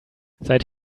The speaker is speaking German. seit